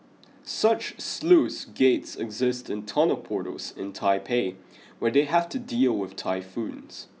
such sluice gates exist in tunnel portals in Taipei where they have to deal with typhoons